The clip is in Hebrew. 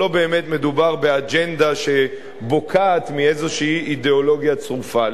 אבל לא באמת מדובר באג'נדה שבוקעת מאיזו אידיאולוגיה צרופה.